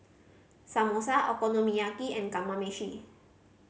Samosa Okonomiyaki and Kamameshi